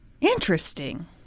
Interesting